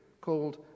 called